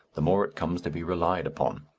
the more it comes to be relied upon.